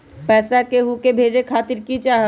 पैसा के हु के भेजे खातीर की की चाहत?